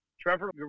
Trevor